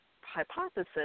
hypothesis